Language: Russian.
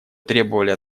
требовали